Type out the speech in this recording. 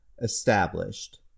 established